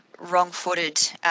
wrong-footed